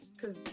cause